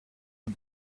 the